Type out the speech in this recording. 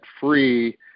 free